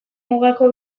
mugako